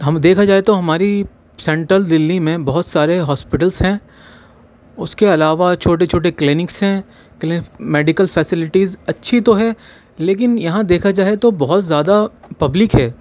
ہم دیکھا جائے تو ہماری سینٹرل دہلی میں بہت سارے ہاسپٹلس ہیں اس کے علاوہ چھوٹے چھوٹے کلینکس ہیں کلین میڈیکل فیسلیٹیز اچھی تو ہے لیکن یہاں دیکھا جائے تو بہت زیادہ پبلک ہے